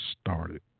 started